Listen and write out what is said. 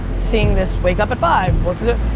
seeing this wake up at five,